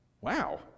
Wow